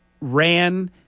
ran